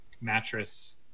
mattress